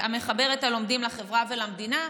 המחבר את הלומדים לחברה ולמדינה,